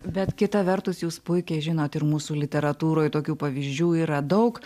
bet kita vertus jūs puikiai žinot ir mūsų literatūroje tokių pavyzdžių yra daug